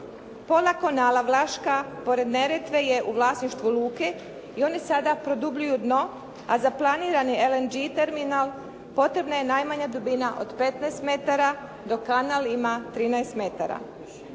Pola kanala Vlaška pored Neretve je u vlasništvu luke i oni sada produbljuju dno, a za planirani LNG terminal potrebna je najmanja dubina od 15 metara dok kanal ima 13 metara.